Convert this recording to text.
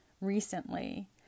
recently